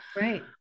right